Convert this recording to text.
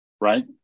right